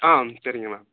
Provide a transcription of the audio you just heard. ஆ சரிங்க மேம்